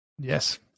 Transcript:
Yes